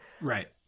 Right